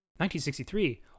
1963